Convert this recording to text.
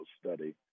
study